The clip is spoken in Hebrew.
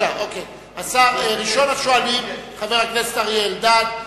ראשון השואלים, חבר הכנסת אריה אלדד.